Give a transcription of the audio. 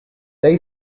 they